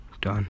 Done